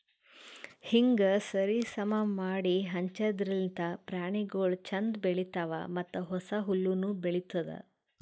ಹೀಂಗ್ ಸರಿ ಸಮಾ ಮಾಡಿ ಹಂಚದಿರ್ಲಿಂತ್ ಪ್ರಾಣಿಗೊಳ್ ಛಂದ್ ಬೆಳಿತಾವ್ ಮತ್ತ ಹೊಸ ಹುಲ್ಲುನು ಬೆಳಿತ್ತುದ್